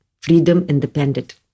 freedom-independent